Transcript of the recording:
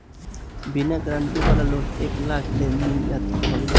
बिना गारंटी वाला लोन एक लाख ले मिल जात हवे